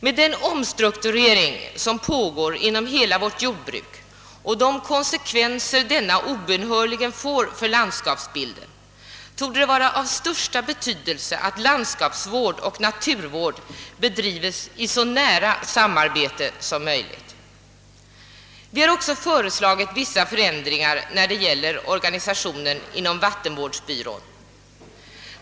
Med den omstrukturering som pågår inom hela vårt jordbruk och de konsekvenser denna obönhörligen får för landskapsbilden torde det vara av största betydelse att landskapsvård och naturvård bedrives i så nära samarbete som möjligt. Vi har också föreslagit vissa förändringar av organisationen inom vattenvårdsbyrån.